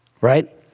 right